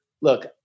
Look